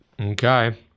Okay